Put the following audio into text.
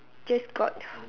just got